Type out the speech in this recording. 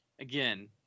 again